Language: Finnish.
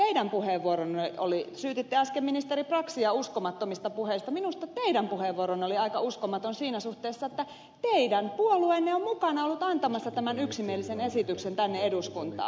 rantakangas teidän puheenvuoronne oli syytitte äsken ministeri braxia uskomattomista puheista aika uskomaton siinä suhteessa että teidän puolueenne on mukana ollut antamassa tämän yksimielisen esityksen tänne eduskuntaan